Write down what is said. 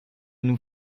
nous